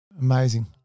Amazing